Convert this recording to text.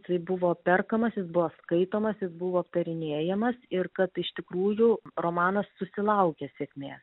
jisai buvo perkamas jis buvo skaitomas jis buvo aptarinėjamas ir kad iš tikrųjų romanas susilaukė sėkmės